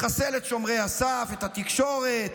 לחסל את שומרי הסף, את התקשורת,